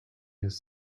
his